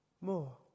more